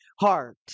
heart